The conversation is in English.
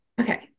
okay